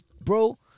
bro